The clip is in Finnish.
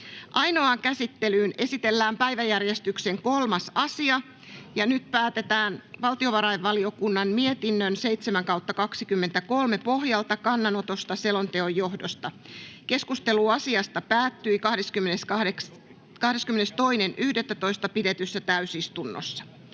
Ainoaan käsittelyyn esitellään päiväjärjestyksen 3. asia. Nyt päätetään valtiovarainvaliokunnan mietinnön VaVM 7/2023 vp pohjalta kannanotosta selonteon johdosta. Keskustelu asiasta päättyi 22.11.2023 pidetyssä täysistunnossa.